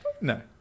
No